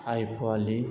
आय फवालि